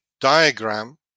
diagram